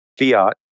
fiat